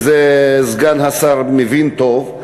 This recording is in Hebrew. ואת זה סגן השר מבין טוב,